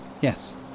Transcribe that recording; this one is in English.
Yes